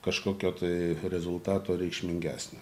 kažkokio tai rezultato reikšmingesnio